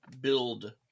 build